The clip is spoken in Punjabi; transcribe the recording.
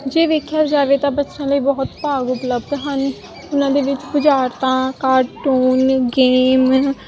ਜੇ ਵੇਖਿਆ ਜਾਵੇ ਤਾਂ ਬੱਚਿਆਂ ਲਈ ਬਹੁਤ ਭਾਗ ਉਪਲਬਧ ਹਨ ਉਹਨਾਂ ਦੇ ਵਿੱਚ ਬੁਝਾਰਤਾਂ ਕਾਰਟੂਨ ਗੇਮ